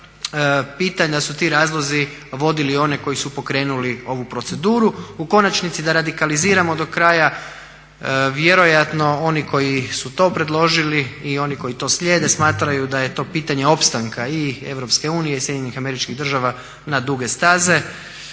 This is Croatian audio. pitanja, da su ti razlozi vodili one koji su pokrenuli ovu proceduru. U konačnici da radikaliziramo do kraja vjerojatno oni koji su to predložili i oni koji to slijede smatraju da je to pitanje opstanka i EU i SAD-a na duge staze.